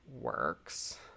works